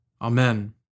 Amen